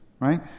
right